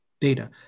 data